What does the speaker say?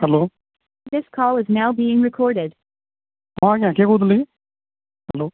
hello ହଁ ma'am କିଏ କହୁଥିଲେ କି ହ୍ୟାଲୋ